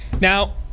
Now